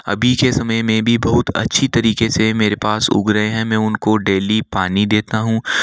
अभी के समय में भी बहुत अच्छी तरीके से मेरे पास उग रहे हैं मैं उनको डेली पानी देता हूँ